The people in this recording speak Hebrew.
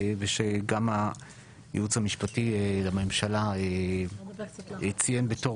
ושגם היעוץ המשפטי לממשלה ציין בתור